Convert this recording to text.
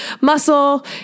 muscle